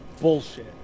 bullshit